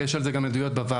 יש על זה גם עדויות בוועדה.